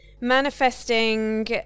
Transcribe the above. manifesting